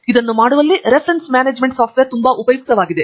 ಇದನ್ನು ಮಾಡುವಲ್ಲಿ reference management software ತುಂಬಾ ಉಪಯುಕ್ತವಾಗಿದೆ